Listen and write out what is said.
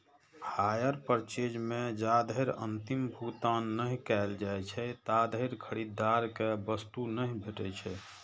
hire purchase मे जाधरि अंतिम भुगतान नहि कैल जाइ छै, ताधरि खरीदार कें वस्तु नहि भेटै छै